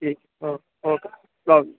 ٹھیک ہے او اوکے اللہ حافظ